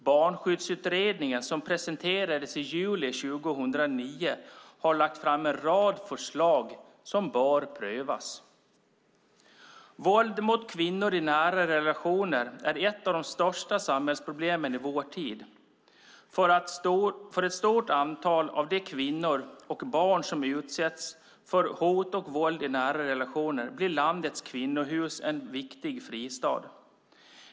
Barnskyddsutredningen som presenterades i juli 2009 har lagt fram en rad förslag som bör prövas. Våld mot kvinnor i nära relationer är ett av de största samhällsproblemen i vår tid. För ett stort antal av de kvinnor och barn som utsätts för hot och våld i nära relationer blir landets kvinnohus en viktig fristad.